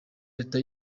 leta